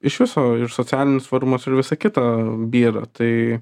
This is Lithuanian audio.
iš viso ir socialinės formos ir visa kita byra tai